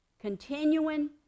continuing